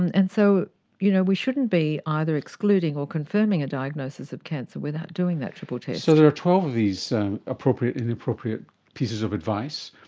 and and so you know we shouldn't be either excluding or confirming a diagnosis of cancer without doing that triple test. so there are twelve of these appropriate and inappropriate pieces of advice.